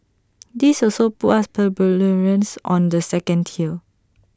this also puts us plebeians on the second tier